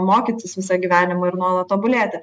mokytis visą gyvenimą ir nuolat tobulėti